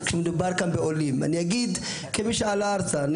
אנחנו מדברים על ציבור כללי שמתעניין באוניברסיטאות